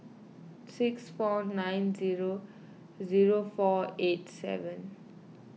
six four nine zero zero four eight seven